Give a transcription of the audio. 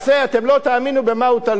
אתם לא תאמינו במה הוא תלוי.